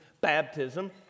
baptism